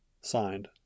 Signed